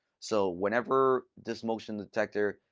so whenever this motion detector,